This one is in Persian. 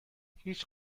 هیچ